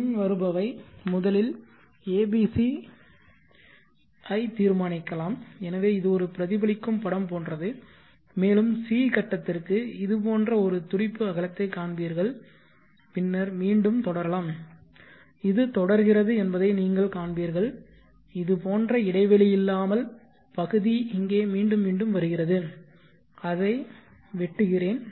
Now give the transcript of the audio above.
பின்வருபவை முதலில் abc தீர்மானிக்கலாம் எனவே இது ஒரு பிரதிபலிக்கும் படம் போன்றது மேலும் c கட்டத்திற்கும் இது போன்ற ஒரு துடிப்பு அகலத்தைக் காண்பீர்கள் பின்னர் மீண்டும் தொடரலாம் இது தொடர்கிறது என்பதை நீங்கள் காண்பீர்கள் இது போன்ற இடைவெளி இல்லாமல் பகுதி இங்கே மீண்டும் மீண்டும் வருகிறது நான் அதை வெட்டுகிறேன்